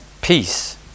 peace